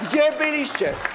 Gdzie byliście?